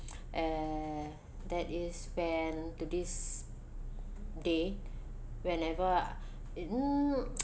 uh that is when to this day whenever it